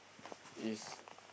is